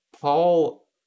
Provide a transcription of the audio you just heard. Paul